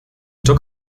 took